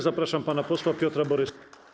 Zapraszam pana posła Piotra Borysa.